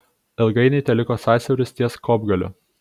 ilgainiui teliko sąsiauris ties kopgaliu